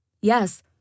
Yes